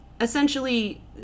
Essentially